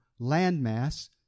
landmass